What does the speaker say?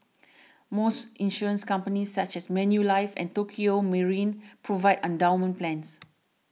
most insurance companies such as Manulife and Tokio Marine provide endowment plans